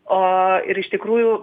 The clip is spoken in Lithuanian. o ir iš tikrųjų